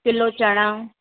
kilo चणा